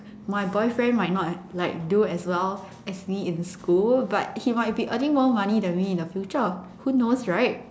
my boyfriend might not like do as well as me in school but he might be earning more money than me in the future who knows right